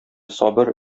сабыр